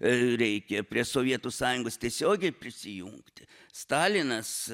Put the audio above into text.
reikia prie sovietų sąjungos tiesiogiai prisijungti stalinas